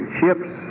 ships